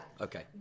Okay